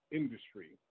industry